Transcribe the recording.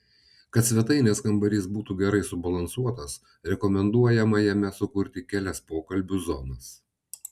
kad svetainės kambarys būtų gerai subalansuotas rekomenduojama jame sukurti kelias pokalbių zonas